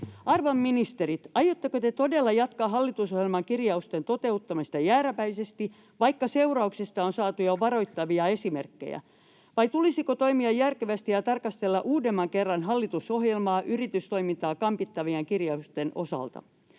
Arvon ministerit, aiotteko te todella jatkaa hallitusohjelman kirjausten toteuttamista jääräpäisesti, vaikka seurauksista on jo saatu varoittavia esimerkkejä, vai tulisiko toimia järkevästi ja tarkastella uudemman kerran hallitusohjelmaa yritystoimintaa kampittavien kirjausten osalta?